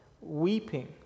weeping